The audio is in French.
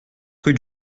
rue